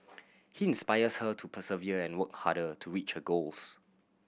he inspires her to persevere and work harder to reach her goals